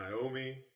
Naomi